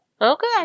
okay